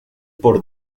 por